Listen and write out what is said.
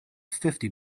fifty